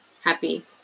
happy